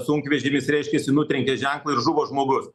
sunkvežimis reiškiasi nutrenkė ženklą ir žuvo žmogus